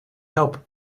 help